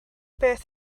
beth